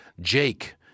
Jake